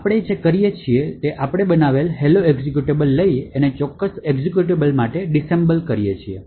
તેથી આપણે કરીએ છીએ કે આપણે બનાવેલા હેલો એક્ઝેક્યુટેબલને લઈએ અને તે ચોક્કસ એક્ઝેક્યુટેબલ માટે ડિસએસેમ્બલ બનાવીએ